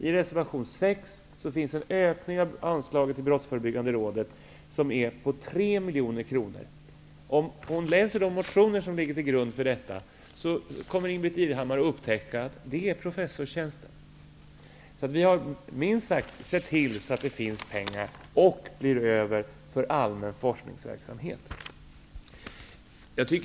I reservation 6 finns en ökning av anslaget till Brottsförebyggande rådet på 3 miljoner kronor. Om Ingbritt Irhammar läser de motioner som ligger till grund för detta kommer hon att upptäcka att det är professorstjänsten. Vi har minst sagt sett till så att det finns pengar, och blir över, till allmän forskningsverksamhet.